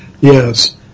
Yes